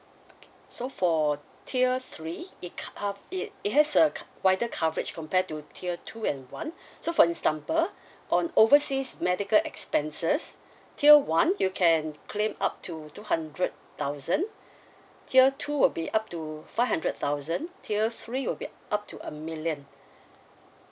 okay so for tier three it cov~ it it has a co~ wider coverage compare to tier two and one so for example on overseas medical expenses tier one you can claim up to two hundred thousand tier two will be up to five hundred thousand tier three will be up to a million